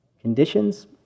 Conditions